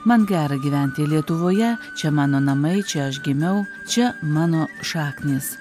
man gera gyventi lietuvoje čia mano namai čia aš gimiau čia mano šaknys